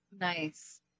nice